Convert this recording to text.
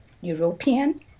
European